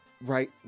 Right